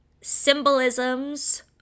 symbolisms